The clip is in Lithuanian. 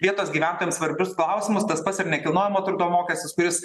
vietos gyventojams svarbius klausimus tas pats ir nekilnojamo turto mokestis kuris